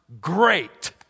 great